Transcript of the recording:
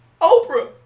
Oprah